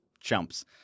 chumps